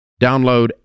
Download